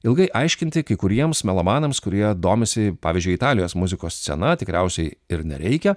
ilgai aiškinti kai kuriems melomanams kurie domisi pavyzdžiui italijos muzikos scena tikriausiai ir nereikia